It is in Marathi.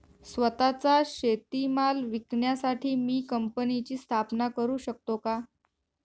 स्वत:चा शेतीमाल विकण्यासाठी मी कंपनीची स्थापना करु शकतो का?